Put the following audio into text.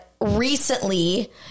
recently